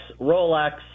Rolex